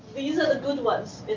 these are the good ones,